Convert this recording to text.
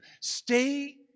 Stay